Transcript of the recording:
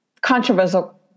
controversial